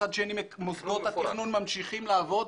מצד שני מוסדות התכנון ממשיכים לעבוד